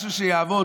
משהו שיעבוד.